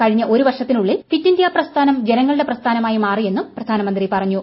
കഴിഞ്ഞ ഒരു വർഷത്തിനുള്ളിൽ ഫിറ്റ് ഇന്ത്യാ പ്രസ്ഥാനം ജനങ്ങളുടെ പ്രസ്ഥാനമായി മാറിയെന്നും പ്രധാനമന്ത്രി പറഞ്ഞു